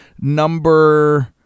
number